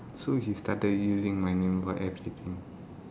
so he started using my name for everything